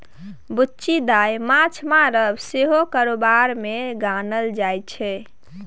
बुच्ची दाय माँछ मारब सेहो कारोबार मे गानल जाइ छै